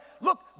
Look